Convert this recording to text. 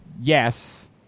yes